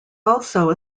also